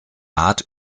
art